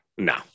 no